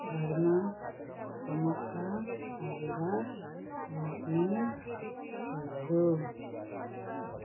घरमा ढकमक्क पारेर राख्ने गर्छु